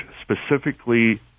specifically